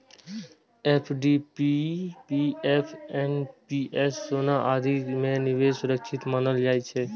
FD, PPF, NPS, सोना आदि मे निवेश सुरक्षित मानल जाइ छै